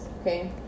okay